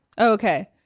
Okay